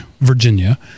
Virginia